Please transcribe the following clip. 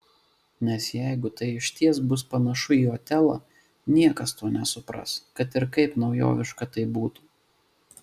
nes jeigu tai išties bus panašu į otelą niekas to nesupras kad ir kaip naujoviška tai būtų